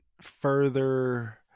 further